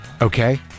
Okay